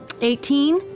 Eighteen